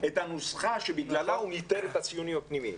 את הנוסחה שבגללה הוא ניטר את הציונים הפנימיים.